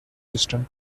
distant